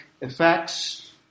effects